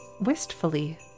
wistfully